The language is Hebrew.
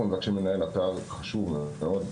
אנחנו מבקשים לנהל אתר חשוב מאוד,